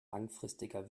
langfristiger